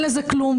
אין לזה כלום.